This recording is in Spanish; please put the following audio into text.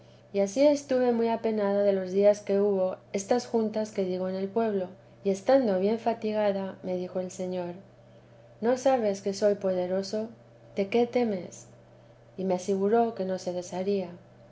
y ansí estuve muy penada los dos días que hubo estas juntas que digo en el pueblo y estando bien fatigada me dijo el señor no sabes que soy poderoso de qué temes y me aseguró que no se desharía